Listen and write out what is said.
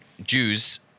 Jews